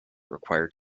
required